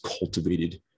cultivated